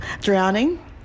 drowning